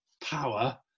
power